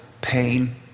pain